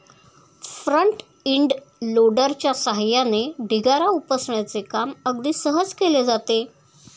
front end लोडरच्या सहाय्याने ढिगारा उपसण्याचे काम अगदी सहज केले जाते